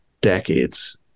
decades